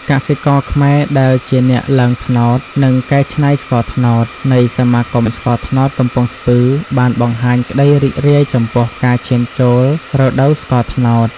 កសិករខ្មែរដែលជាអ្នកឡើងត្នោត និងកែច្នៃស្ករត្នោត នៃសមាគមស្ករត្នោតកំពង់ស្ពឺ បានបង្ហាញក្ដីរីករាយចំពោះការឈានចូលរដូវស្ករត្នោត។